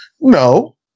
No